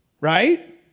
right